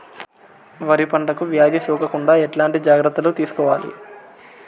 వరి పంటకు వ్యాధి సోకకుండా ఎట్లాంటి జాగ్రత్తలు తీసుకోవాలి?